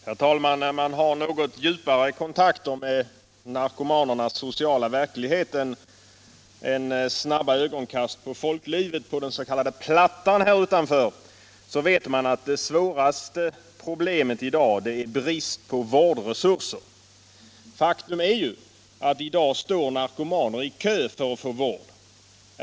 Herr talman! När man har något djupare kontakter med narkomanernas sociala verklighet än snabba ögonkast på folklivet på den s.k. Plattan här utanför, vet man att det svåraste problemet i dag är brist på vårdresurser. Faktum är att det i dag står narkomaner i kö för att få vård.